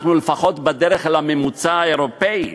אנחנו לפחות בדרך לממוצע האירופי.